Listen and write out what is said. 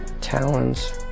Talons